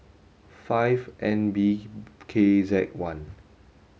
five N B K Z one